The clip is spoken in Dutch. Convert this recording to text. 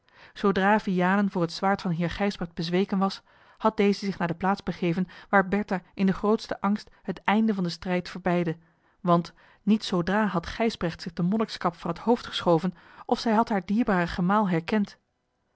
zoodra vianen voor het zwaard van heer gijsbrecht bezweken was had deze zich naar de plaats begeven waar bertha in den grootsten angst het einde van den strijd verbeidde want niet zoodra had gijsbrecht zich de monnikskap van het hoofd geschoven of zij had haar dierbaren gemaal herkend